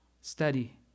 study